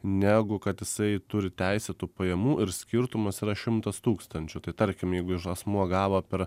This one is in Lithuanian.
negu kad jisai turi teisėtų pajamų ir skirtumas yra šimtas tūkstančių tai tarkim jeigu asmuo gavo per